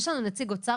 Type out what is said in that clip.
יש לנו כאן נציג אוצר?